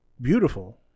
beautiful